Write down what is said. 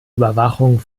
überwachung